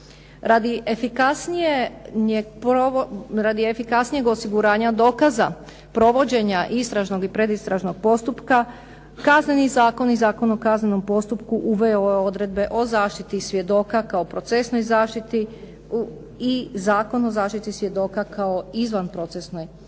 Radi efikasnijeg osiguranja dokaza provođenja istražnog i predistražnog postupka kazneni zakon i Zakon o kaznenom postupku uveo je odredbe o zaštiti svjedoka kao procesnoj zaštiti i Zakon o zaštiti svjedoka kao izvanprocesnoj zaštiti.